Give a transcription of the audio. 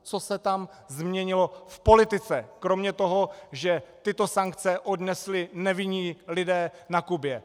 Co se tam změnilo v politice kromě toho, že tyto sankce odnesli nevinní lidé na Kubě?